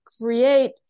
create